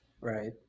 Right